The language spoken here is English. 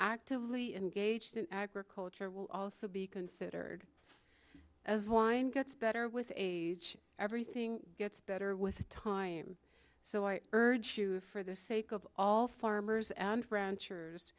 actively engaged in agriculture will also be considered as wine gets better with age everything gets better with time so i urge for the sake of all farmers and ranchers